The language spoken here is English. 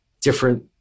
different